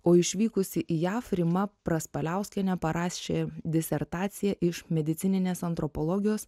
o išvykusi į jav rima praspaliauskienė parašė disertaciją iš medicininės antropologijos